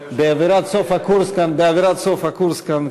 אבל באווירת סוף הקורס כאן,